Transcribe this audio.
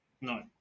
No